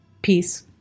Peace